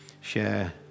share